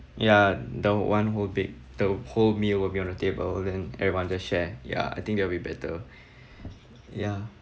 ya the one whole big the whole meal will be on the table then everyone just share ya I think that will be better ya